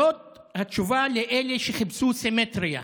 זאת התשובה לאלה שחיפשו סימטריה.